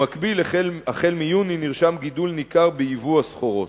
במקביל, החל מיוני נרשם גידול ניכר ביבוא הסחורות.